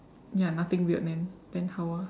ya nothing weird man then how ah